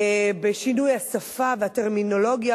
בשינוי השפה והטרמינולוגיה,